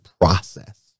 process